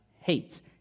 hates